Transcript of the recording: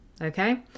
Okay